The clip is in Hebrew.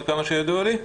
עד כמה שידוע לי.